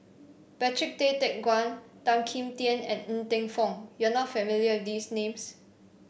Patrick Tay Teck Guan Tan Kim Tian and Ng Teng Fong you are not familiar with these names